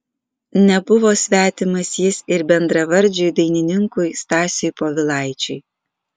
nebuvo svetimas jis ir bendravardžiui dainininkui stasiui povilaičiui